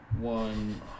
one